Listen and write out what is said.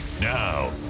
Now